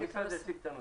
המשרד יציג את הנושא.